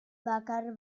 bakar